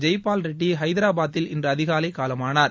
ஜெய்பால் ரெட்டி ஹைதராபாத்தில் இன்று அதிகாலை காலமானார்